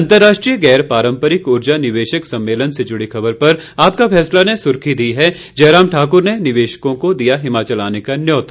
अंतर्राष्ट्रीय गैर पारंपरिक उर्जा निवेशक सम्मेलन से जुड़ी खबर पर आपका फैसला ने सुर्खी दी है जयराम ठाकुर ने निवेशकों को दिया हिमाचल आने का न्यौता